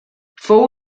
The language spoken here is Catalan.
fou